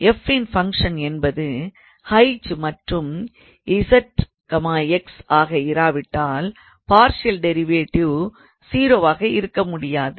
𝑓 ன் ஃபங்ஷன் என்பது h மற்றும் z x ஆக இராவிட்டால் பார்ஷியல் டிரைவேட்டிவ் 0 ஆக இருக்க முடியாது